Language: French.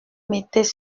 mettais